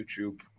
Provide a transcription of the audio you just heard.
YouTube